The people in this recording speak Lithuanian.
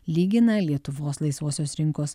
lygina lietuvos laisvosios rinkos